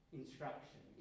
instruction